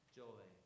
joy